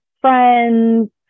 friends